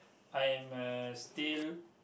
I am uh still